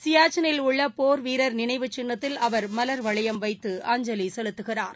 சியாச்சினில் உள்ள போர் வீரர் நினைவு சின்னத்தில் அவர் மவர் வளையம் வைத்து அஞ்சலி செலுத்துவார்